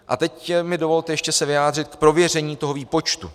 A teď mi dovolte se ještě vyjádřit k prověření toho výpočtu.